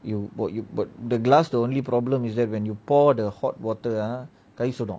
you pou~ you pou~ the glass the only problem is that when you pour the hot water ah கை சுடும்:kai sudum